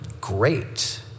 Great